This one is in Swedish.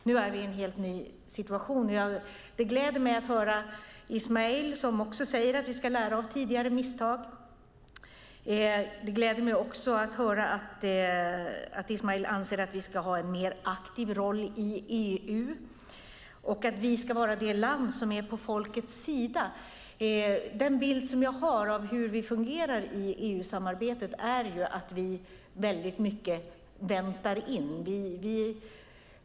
Nu har vi en helt ny situation, och det gläder mig att höra Ismail Kamil säga att vi ska lära av tidigare misstag. Det gläder mig också att höra att Ismail anser att vi ska ha en mer aktiv roll i EU och att vi ska vara det land som står på folkets sida. Den bild jag har av hur vi fungerar i EU-samarbetet är att vi väldigt mycket väntar in.